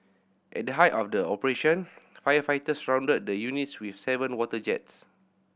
at the height of the operation firefighters surrounded the units with seven water jets